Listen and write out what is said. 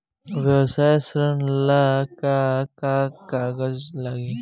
व्यवसाय ऋण ला का का कागज लागी?